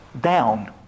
down